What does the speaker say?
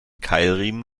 keilriemen